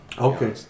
Okay